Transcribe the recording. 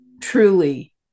truly